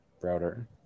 router